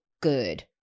good